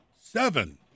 seven